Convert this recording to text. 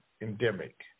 endemic